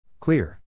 Clear